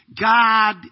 God